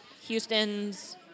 Houston's